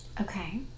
Okay